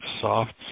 soft